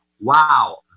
wow